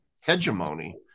hegemony